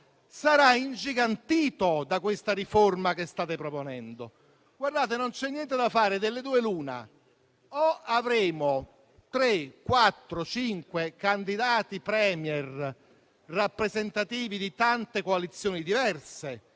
sarà ingigantito da questa riforma che state proponendo. Non c'è niente da fare, delle due l'una. In una prima ipotesi avremo tre, quattro, cinque candidati *Premier* rappresentativi di tante coalizioni diverse